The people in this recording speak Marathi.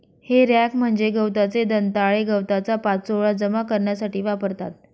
हे रॅक म्हणजे गवताचे दंताळे गवताचा पाचोळा जमा करण्यासाठी वापरतात